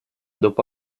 dopo